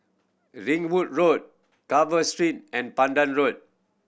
Ringwood Road Carver Street and Pandan Road